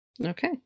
Okay